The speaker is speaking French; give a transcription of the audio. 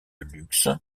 luxe